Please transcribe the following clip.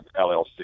LLC